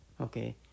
okay